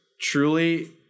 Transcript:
truly